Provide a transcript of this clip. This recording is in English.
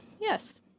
yes